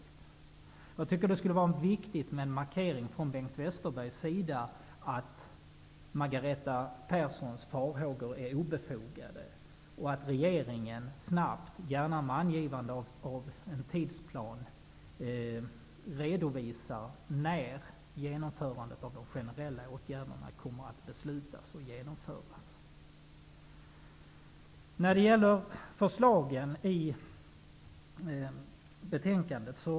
Jag tycker att det skulle vara viktigt med en markering från Bengt Westerbergs sida att Margareta Perssons farhågor är obefogade och att regeringen snabbt, gärna med angivande av en tidsplan, redovisar när de generella åtgärderna kommer att beslutas och genomföras.